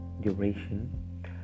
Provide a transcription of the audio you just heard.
duration